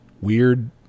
weird